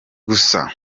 gusa